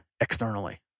externally